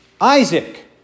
Isaac